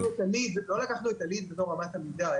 לא לקחנו את ה- LEEDבתור אמת המידה,